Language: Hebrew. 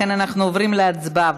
לכן אנחנו עוברים להצבעה,